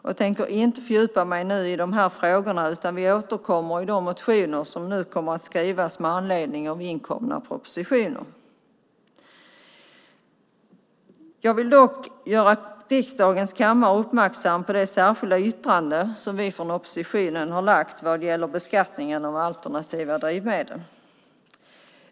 Jag tänker inte fördjupa mig i de här frågorna, utan vi återkommer i de motioner som nu kommer att skrivas med anledning av inkomna propositioner. Jag vill dock göra riksdagens kammare uppmärksam på det särskilda yttrande som vi från oppositionen har lämnat vad gäller beskattningen av alternativa drivmedel.